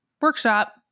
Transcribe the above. workshop